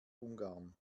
ungarn